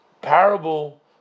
parable